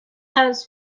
house